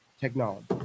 technology